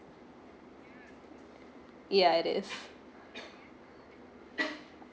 yeah it is